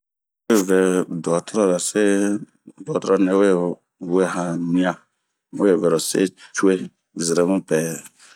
N'yi ŋɛɛ duaturɔra se ,duaturɔra nɛwe we-aa han niann ,n'we ŋɛrose cuee seremipɛɛ